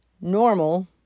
normal